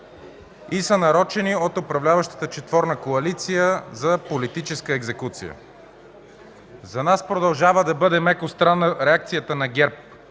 и са нарочени от управляващата четворна коалиция за политическа екзекуция. За нас продължава да бъде меко странна реакцията на ГЕРБ